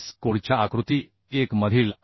कोडच्या आकृती 1 मधील आय